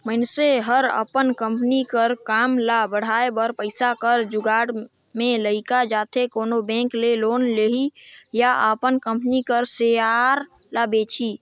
मइनसे हर अपन कंपनी कर काम ल बढ़ाए बर पइसा कर जुगाड़ में लइग जाथे कोनो बेंक ले लोन लिही या अपन कंपनी कर सेयर ल बेंचही